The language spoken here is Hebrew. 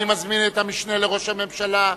אני מזמין את המשנה לראש הממשלה,